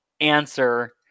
answer